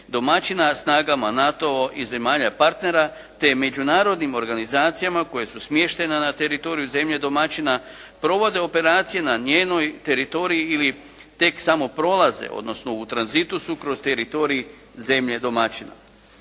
domaćina snagama NATO-a i zemalja partnera te međunarodnim organizacijama koja su smještena na teritoriju zemlje domaćina provode operacije na njenom teritoriju ili tek samo prolaze, odnosno u tranzitu su kroz teritorij zemlje domaćina.